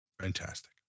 fantastic